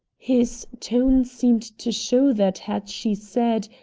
his tone seemed to show that had she said,